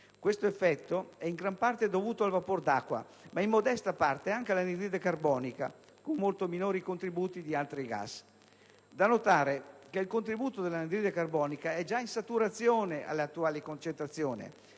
Questo effetto è in gran parte dovuto al vapor d'acqua, ma in modesta parte anche all'anidride carbonica (con molto minori contributi di altri gas). Da notare che il contributo dell'anidride carbonica è già in saturazione all'attuale concentrazione: